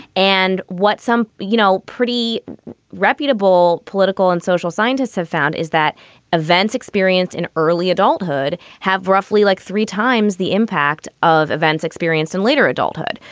and what some, you know, pretty reputable political and social scientists have found is that events experienced in early adulthood have roughly like three times the impact of events experienced in later adulthood.